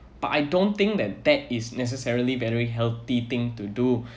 but I don't think that that is necessarily barely healthy thing to do